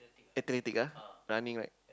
athletic ah running right